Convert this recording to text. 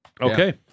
Okay